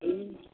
ए